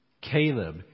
Caleb